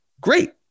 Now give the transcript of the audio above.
great